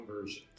versions